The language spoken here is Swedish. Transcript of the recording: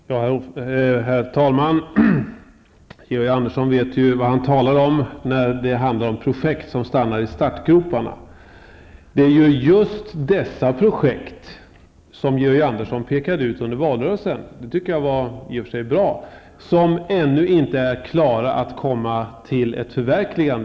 Herr talman! Georg Andersson vet ju vad han talar om, när det handlar om projekt som blir kvar i startgroparna. Det är just de projekt som Georg Andersson pekade ut under valrörelsen, vilket jag i och för sig tycker var bra, som ännu inte är färdiga att förverkligas.